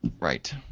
right